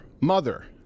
mother